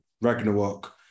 Ragnarok